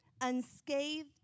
unscathed